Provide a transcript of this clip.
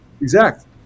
Exact